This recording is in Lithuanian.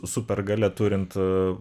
super galia turint